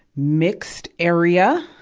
mixed area.